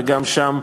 וגם שם,